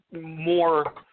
more